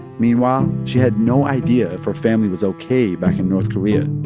meanwhile, she had no idea if her family was ok back in north korea